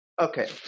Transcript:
Okay